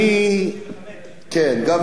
גם זה,